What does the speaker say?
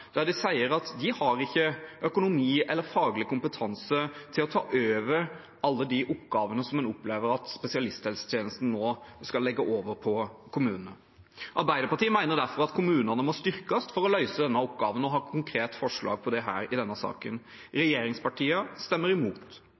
der de sier at de har ikke økonomi eller faglig kompetanse til å ta over alle de oppgavene som en opplever at spesialisthelsetjenesten nå skal legge over på kommunene. Arbeiderpartiet mener derfor at kommunene må styrkes for å løse denne oppgaven, og har konkrete forslag til det i denne saken. Regjeringspartiene stemmer imot.